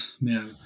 Man